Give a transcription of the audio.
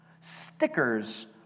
Stickers